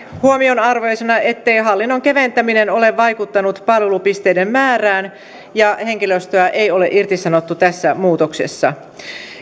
huomionarvoisena ettei hallinnon keventäminen ole vaikuttanut palvelupisteiden määrään ja henkilöstöä ei ole irtisanottu tässä muutoksessa